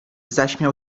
zaśmiał